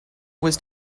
was